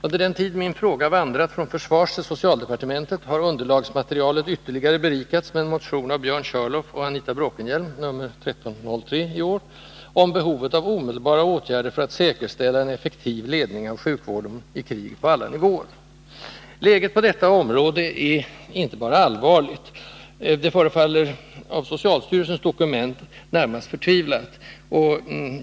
Under den tid min fråga vandrat från försvarstill socialdepartementet har underlagsmaterialet ytterligare berikats med en motion av Björn Körlof och Anita Bråkenhielm, nr 1303, om behovet av omedelbara åtgärder för att säkerställa en på alla nivåer effektiv ledning av sjukvården i krig. Läget på detta område är inte bara allvarligt. Det förefaller av socialstyrelsens dokument att döma närmast förtvivlat.